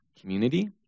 community